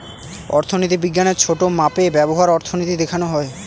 অর্থনীতি বিজ্ঞানের ছোটো মাপে ব্যবহার অর্থনীতি দেখানো হয়